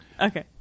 Okay